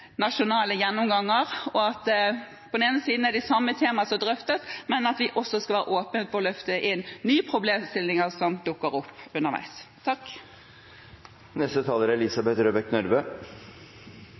nasjonale gjennomganger, og om det er de samme temaene som drøftes, skal vi også være åpne for å løfte inn nye problemstillinger som dukker opp underveis. Trygghet for hjelp og omsorg når vi trenger det, er